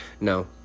no